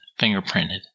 fingerprinted